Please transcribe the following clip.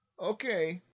Okay